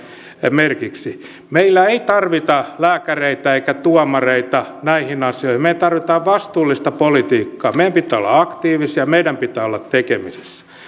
merkiksi meillä ei tarvita lääkäreitä eikä tuomareita näihin asioihin me tarvitsemme vastuullista politiikkaa meidän pitää olla aktiivisia meidän pitää olla tekemisissä